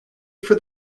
for